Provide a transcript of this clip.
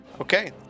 Okay